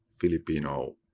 Filipino